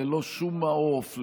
ללא שום מעוף,